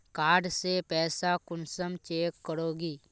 Card से पैसा कुंसम चेक करोगी?